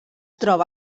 troba